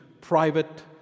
private